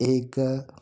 एक